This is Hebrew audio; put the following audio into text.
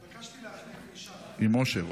ביקשתי להחליף עם אושר.